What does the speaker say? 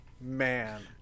Man